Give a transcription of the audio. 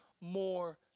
more